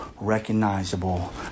recognizable